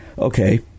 Okay